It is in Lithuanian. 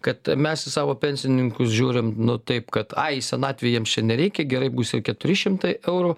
kad mes į savo pensininkus žiūrim nu taip kad ai senatvėj jiems čia nereikia gerai bus ir keturi šimtai eurų